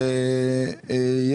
אוקיי.